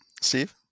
Steve